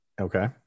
okay